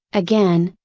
again,